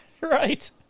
Right